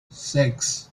six